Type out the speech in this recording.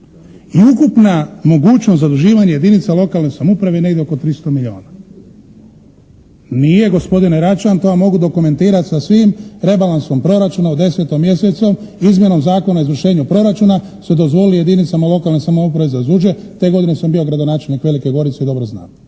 I ukupna mogućnost zaduživanje jedinica lokalne samouprave je negdje oko 300 milijuna. … /Upadica se ne čuje./ … Nije gospodine Račan, to vam mogu dokumentirati sa svim rebalansom proračuna u 10. mjesecu izmjenom Zakona o izvršenju proračuna ste dozvolili jedinicama lokalne samouprave … /Ne razumije se./ … te godine sam bio gradonačelnik Velike Gorice i dobro znam.